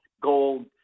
gold